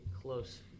close